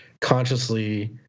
consciously